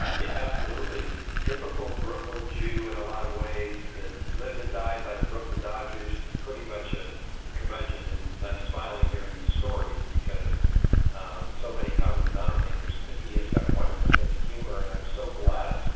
it absolutely typical brooklyn jew and a lot of ways that lived and died by the brooklyn dodgers, pretty much a curmudgeon and and i'm smiling hearing these stories because um so many common denominators. but he has got a wonderful sense of humor. and i'm so blessed